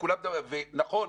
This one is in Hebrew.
נכון,